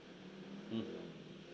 mm